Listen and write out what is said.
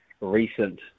recent